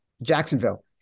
Jacksonville